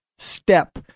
Step